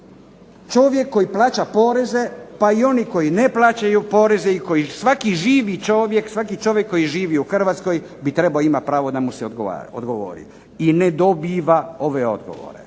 čovjek koji plaća poreze pa i oni koji ne plaćaju poreze i koji svaki živi čovjek, svaki čovjek koji živi u Hrvatskoj bi trebao imati pravo da mu se odgovori i ne dobiva ove odgovore.